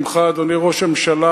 אדוני ראש הממשלה,